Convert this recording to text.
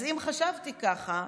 אז אם חשבתי ככה,